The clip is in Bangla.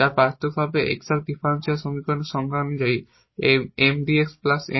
যার পার্থক্য হবে এক্সাট ডিফারেনশিয়াল সমীকরণের সংজ্ঞা অনুযায়ী এই Mdx N dy